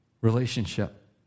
Relationship